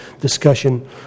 discussion